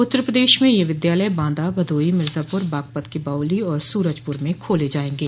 उत्तर प्रदेश में ये विद्यालय बांदा भदोही मिर्जापुर बागपत के बाओली और सूरजपुर में खोले जायेंगे